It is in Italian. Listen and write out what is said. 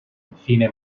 infine